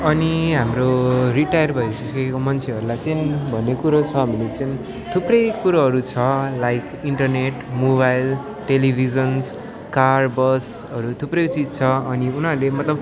अनि हाम्रो रिटायर भइसकेको मान्छेहरूलाई चाहिँ भन्ने कुरो छ भने चाहिँ थुप्रै कुरोहरू छ like internet mobile televisions car बसहरू थुप्रै चिज छ अनि उनीहरूले मतलब